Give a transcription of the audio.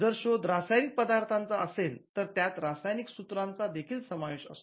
जर शोध रासायनिक पदार्थांचा असेल तर त्यात रासायनिक सूत्राचा देखील समावेश असतो